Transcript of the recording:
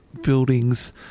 buildings